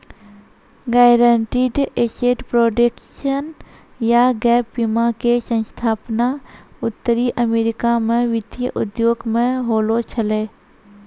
guaranteed asset protection या gap बीमा के स्थापना उत्तरी अमेरिका मे वित्तीय उद्योग मे होलो छलै